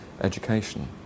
education